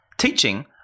teaching